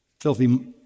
filthy